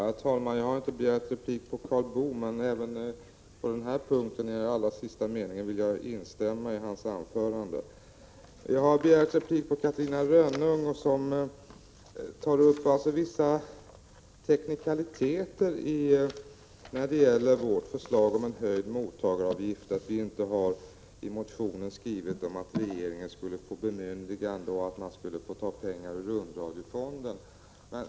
Herr talman! Jag har inte begärt replik på Karl Boo, men när det gäller den allra sista meningen vill jag instämma i hans anförande. Jag har begärt replik på Catarina Rönnung, som tar upp vissa teknikaliteter när det gäller vårt förslag om höjd mottagaravgift. Vi har inte i vår motion skrivit att regeringen skall få bemyndigande och att man skall få ta pengar ur rundradiofonden.